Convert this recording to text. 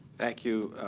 thank you,